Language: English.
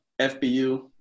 FBU